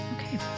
Okay